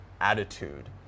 attitude